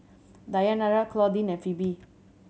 Dayanara Claudine and Phebe